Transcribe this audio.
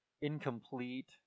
incomplete